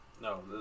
No